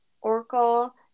Oracle